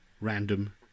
random